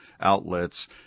outlets